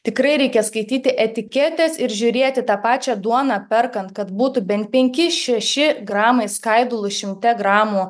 tikrai reikia skaityti etiketes ir žiūrėti tą pačią duoną perkant kad būtų bent penki šeši gramai skaidulų šimte gramų